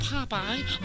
Popeye